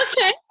Okay